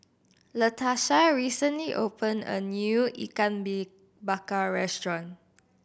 Latarsha recently opened a new ikan bakar restaurant